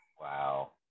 wow